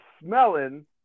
smelling